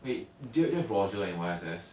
wait do you do you have roger and Y_S_S